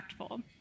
impactful